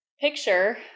picture